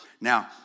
Now